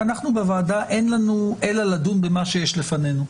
בוועדה אין לנו אלא לדון במה שיש לפנינו.